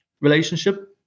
relationship